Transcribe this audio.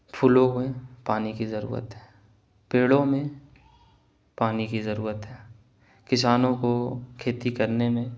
پھولوں میں پانی کی ضرورت ہے پیڑوں میں پانی کی ضرورت ہے کسانوں کو کھیتی کرنے میں